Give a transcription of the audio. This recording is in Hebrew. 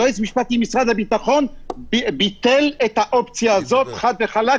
היועץ המשפטי במשרד הביטחון ביטל את האופציה הזאת חד וחלק.